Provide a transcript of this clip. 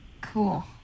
cool